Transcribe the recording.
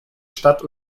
stadt